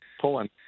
pulling